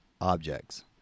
objects